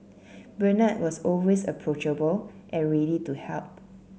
Bernard was always approachable and ready to help